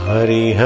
Hari